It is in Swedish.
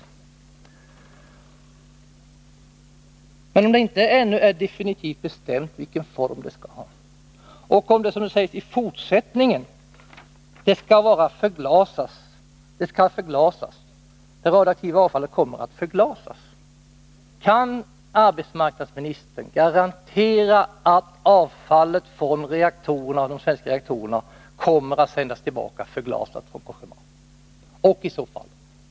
Men om det ännu inte är definitivt bestämt vilken form avfallet skall ha, och om, som det sägs i fortsättningen, det ”vid upparbetningen erhållna radioaktiva avfallet kommer att förglasas innan det återsänds till Sverige”, kan arbetsmarknadsministern då garantera att avfallet från de svenska reaktorerna av Cogéma kommer att sändas tillbaka hit i förglasat skick?